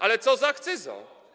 Ale co z akcyzą?